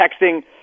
texting